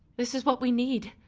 this is what we need.